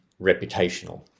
reputational